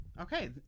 Okay